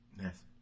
yes